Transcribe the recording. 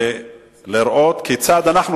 ולראות כיצד אנחנו,